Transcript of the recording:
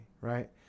right